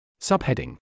Subheading